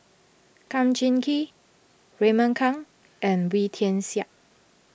Kum Chee Kin Raymond Kang and Wee Tian Siak